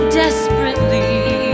desperately